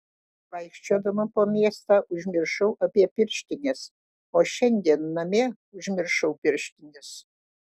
vaikščiodama po miestą užmiršau apie pirštines o šiandien namie užmiršau pirštines